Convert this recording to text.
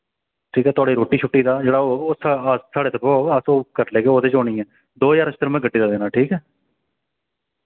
ठीक ऐ थोआढ़ी रुट्टी शुट्टी दा जेह्ड़ा होग ओह् अस साढ़े तरफा होग अस ओह् करी लैगे ओह्दे च ओह् नेईं ऐ दो ज्हार सिर्फ में गड्डी दा देना ठीक ऐ